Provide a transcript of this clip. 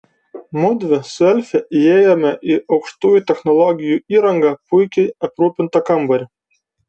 mudvi su elfe įėjome į aukštųjų technologijų įranga puikiai aprūpintą kambarį